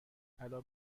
الان